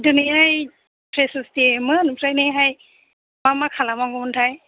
दिनैहाय फ्रेसार्स देमोन ओमफ्रायनोहाय मा मा खालाम नांगौमोन थाय